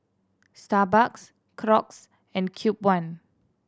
Starbucks Crocs and Cube One